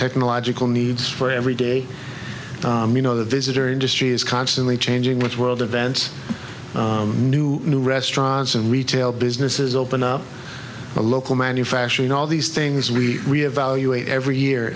technological needs for every day you know the visitor industry is constantly changing with world events new new restaurants and retail businesses open up the local manufacturing all these things we reevaluated every year